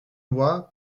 vois